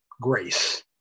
grace